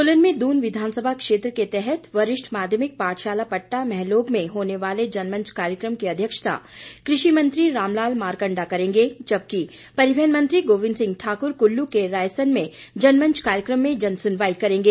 सोलन में दून विधानसभा क्षेत्र के तहत वरिष्ठ माध्यमिक पाठशाला पट्टा महलोग में होने वाले जनमंच कार्यक्रम की अध्यक्षता कृषि मंत्री रामलाल मारकंडा करेंगे जबकि परिहवन मंत्री गोविंद सिंह ठाकुर कुल्लू के रायसन में जनमंच कार्यक्रम में जन सुनवाई करेंगे